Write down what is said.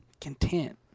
content